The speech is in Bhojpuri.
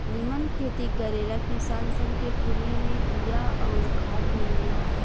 निमन खेती करे ला किसान सन के फ्री में बिया अउर खाद मिलेला